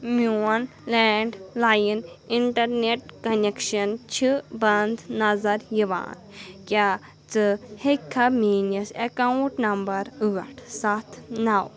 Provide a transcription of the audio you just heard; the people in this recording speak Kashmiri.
میٛون لینٛڈ لایِن اِنٹرنٮ۪ٹ کنٮ۪کشن چھِ بنٛد نظر یِوان کیٛاہ ژٕ ہیٚکِکھا میٛٲنِس اَکاوُنٛٹ نمبر ٲٹھ سَتھ نو